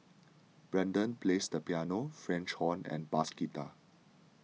Brendan plays the piano French horn and bass guitar